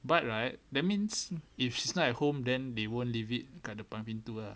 but right that means if she's not at home then they won't leave it kat depan pintu ah